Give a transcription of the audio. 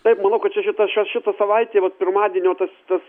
taip manau kad čia šita šita savaitė vat pirmadienio tas tas